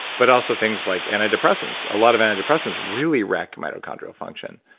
but also things like antidepressants. a lot of antidepressants really wreck mitochondrial function